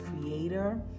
creator